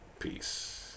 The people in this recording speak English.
Peace